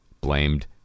blamed